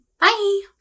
Bye